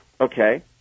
okay